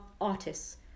artists